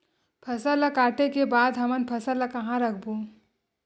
फसल ला काटे के बाद हमन फसल ल कहां रखबो?